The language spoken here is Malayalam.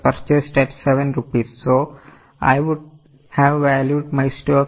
So 5000 rupee units were purchased at 7 rupees